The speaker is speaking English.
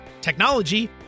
technology